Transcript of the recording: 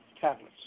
tablets